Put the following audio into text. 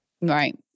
Right